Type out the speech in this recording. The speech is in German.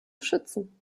schützen